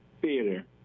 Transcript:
Theater